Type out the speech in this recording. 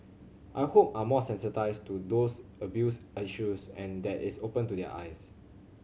I hope are more sensitised to these abuse issues and that it's opened their eyes